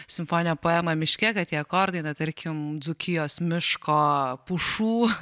simfoninę poemą miške kad tie akordai na tarkim dzūkijos miško pušų